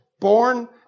born